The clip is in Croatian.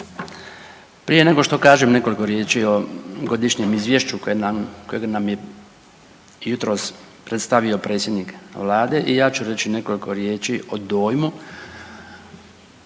Prije nego što kažem nekoliko riječi o Godišnjem izvješću kojeg nam je jutros predstavio predsjednik Vlade, i ja ću reći nekoliko riječi o dojmu